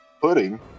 pudding